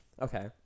Okay